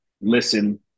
listen